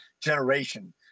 generation